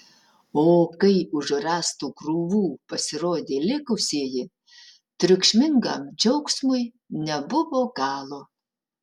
o kai iš už rąstų krūvų pasirodė likusieji triukšmingam džiaugsmui nebuvo galo